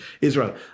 Israel